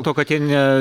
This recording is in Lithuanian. to kad jie ne